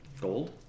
gold